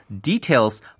details